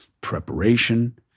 preparation